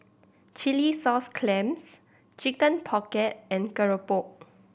chilli sauce clams Chicken Pocket and keropok